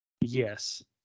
Yes